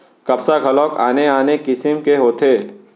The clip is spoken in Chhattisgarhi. कपसा घलोक आने आने किसिम के होथे